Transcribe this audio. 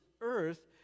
earth